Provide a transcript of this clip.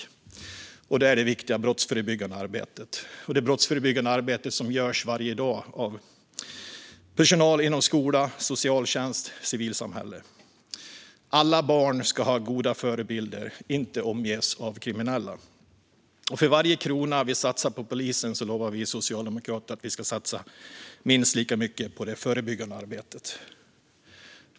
Det handlar om det viktiga brottsförebyggande arbete som utförs varje dag av personal inom skola, socialtjänst och civilsamhälle. Alla barn ska ha goda förebilder och inte omges av kriminella. För varje krona vi satsar på polisen lovar vi socialdemokrater att satsa minst lika mycket på det förebyggande arbetet.